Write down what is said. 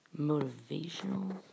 motivational